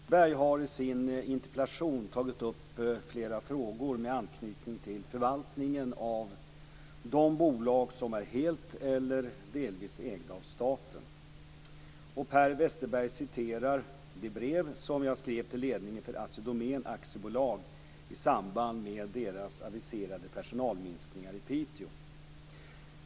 Fru talman! Per Westerberg har i sin interpellation tagit upp flera frågor med anknytning till förvaltningen av de bolag som är helt eller delvis ägda av staten. Per Westerberg citerar det brev jag skrev till ledningen för Assi Domän AB i samband med deras aviserade personalminskningar i Piteå.